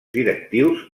directius